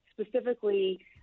specifically